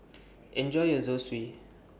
Enjoy your Zosui